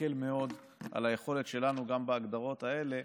יקל מאוד על היכולת שלנו גם בהגדרות האלה,